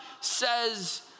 says